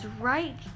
right